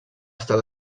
estar